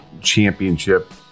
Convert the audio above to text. Championship